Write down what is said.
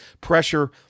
Pressure